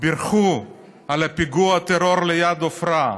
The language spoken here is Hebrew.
בירכו על פיגוע הטרור ליד עפרה,